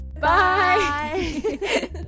Bye